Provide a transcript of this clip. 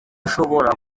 ushobora